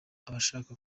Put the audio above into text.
abashaka